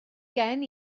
gen